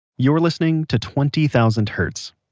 you're listening to twenty thousand hertz,